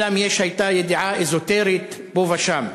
אלא אם יש, הייתה ידיעה אזוטרית פה ושם.